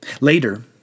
Later